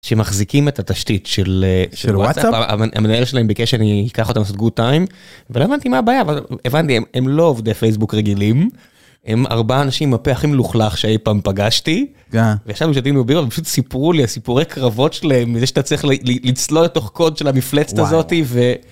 שמחזיקים את התשתית של וואטסאפ - המנהל שלהם ביקש שאני אקח אותם לעשות גוט טיים. ולא הבנתי מה הבעיה, אבל הבנתי, הם לא עובדי פייסבוק רגילים. הם ארבעה אנשים עם הפה הכי מלוכלך שאי פעם פגשתי, ישבנו ושתינו בירה והם פשוט סיפרו לי הסיפורי קרבות שלהם, מזה שאתה צריך לצלול לתוך קוד של המפלצת הזאתי, ו...